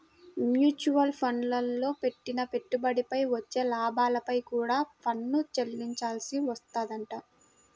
mutual ఫండ్లల్లో పెట్టిన పెట్టుబడిపై వచ్చే లాభాలపై కూడా పన్ను చెల్లించాల్సి వత్తదంట